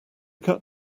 cut